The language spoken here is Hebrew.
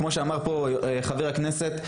כמו שאמר פה חבר הכנסת,